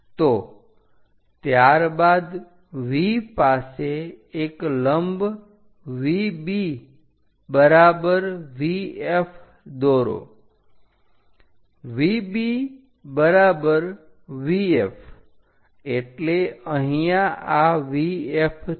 તો ત્યારબાદ V પાસે એક લંબ VB બરાબર VF દોરો VB બરાબર VF એટલે અહીંયા આ VF છે